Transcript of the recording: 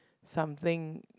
something